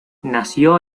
nació